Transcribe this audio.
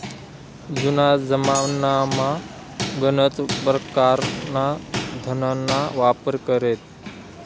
जुना जमानामा गनच परकारना धनना वापर करेत